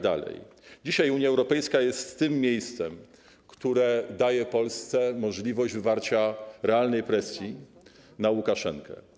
Dzisiaj Unia Europejska jest tym miejscem, które daje Polsce możliwość wywarcia realnej presji na Łukaszenkę.